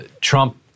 Trump